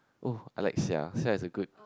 oh I like sia sia as a good